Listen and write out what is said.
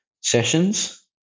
sessions